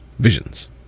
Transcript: Visions